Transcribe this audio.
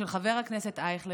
של חבר הכנסת אייכלר,